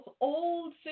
old